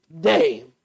day